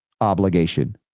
obligation